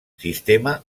sistema